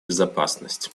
безопасность